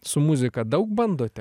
su muzika daug bandote